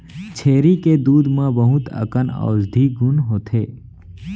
छेरी के दूद म बहुत अकन औसधी गुन होथे